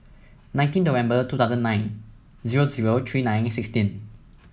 nineteen November two thousand nine zero zero three nine sixteen